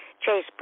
Chase